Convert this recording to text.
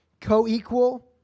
Co-equal